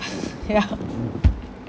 ya